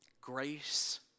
grace